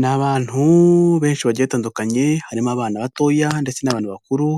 Ni abantu benshi bagiye batandukanye harimo abana batoya ndetse n'abantu bakuru